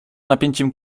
napięciem